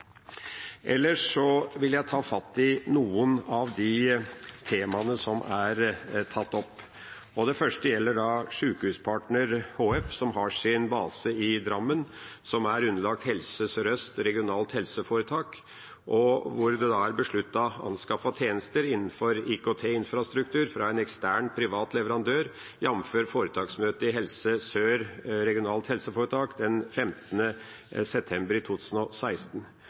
Ellers vil jeg ta fatt i noen av temaene som er tatt opp. Det første gjelder da Sykehuspartner HF, som har sin base i Drammen, som er underlagt Helse Sør-Øst RHF, og hvor det da er besluttet å anskaffe tjenester innenfor IKT-infrastruktur fra en ekstern privat leverandør, jf. foretaksmøtet i Helse Sør-Øst RHF den 15. september 2016.